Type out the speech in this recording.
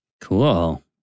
Cool